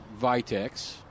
vitex